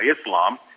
Islam